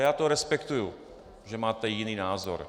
Já respektuji, že máte jiný názor.